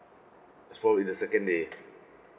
it's probably the second day